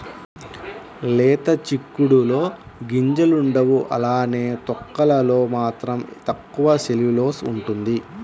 లేత చిక్కుడులో గింజలుండవు అలానే తొక్కలలో మాత్రం తక్కువ సెల్యులోస్ ఉంటుంది